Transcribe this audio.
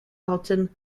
alton